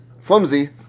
flimsy